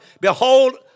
Behold